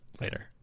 later